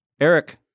Eric